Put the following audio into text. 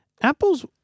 Apple's